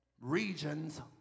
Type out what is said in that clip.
regions